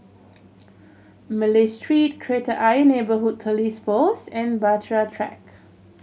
Malay Street Kreta Ayer Neighbourhood Police Post and Bahtera Track